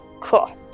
cool